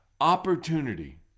Opportunity